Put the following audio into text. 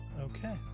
Okay